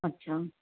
अच्छा